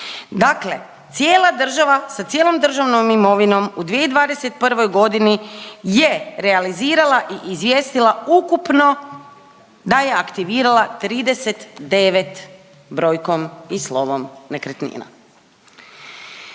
Dakle cijela država da cijelom državnom imovinom u 2021. g. je realizirala i izvijestila ukupno, da je aktivirala 39 brojkom i slovom, nekretnina.